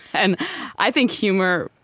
and i think humor,